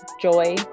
joy